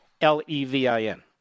L-E-V-I-N